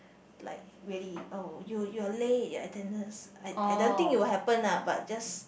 like really oh you're you're late your attendance I I don't think it will happen lah but just